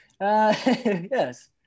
Yes